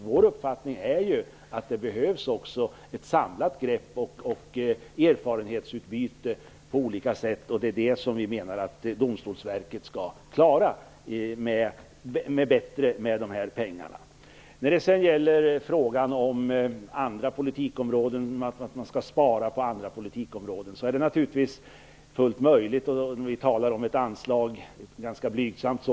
Vår uppfattning är att det också behövs ett samlat grepp och erfarenhetsutbyte, och det menar vi att Domstolsverket bättre skall klara med de här pengarna. Anders G Högmark säger att man skall spara på andra områden inom politiken. Det är naturligtvis fullt möjligt. Men vi talar här om ett ganska blygsam anslag.